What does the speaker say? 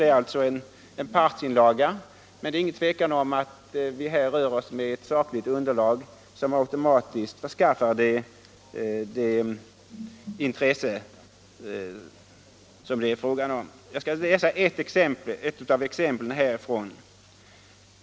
Det är alltså en partsinlaga, men det är ingen tvekan om att underlaget är sakligt. Jag skall nämna ett exempel härifrån.